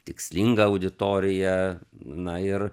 tikslinga auditorija na ir